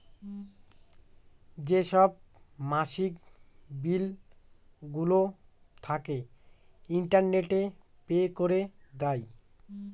যেসব মাসিক বিলগুলো থাকে, ইন্টারনেটে পে করে দেয়